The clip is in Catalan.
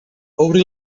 obrir